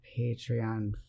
Patreon